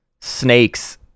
Snake's